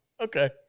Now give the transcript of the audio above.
Okay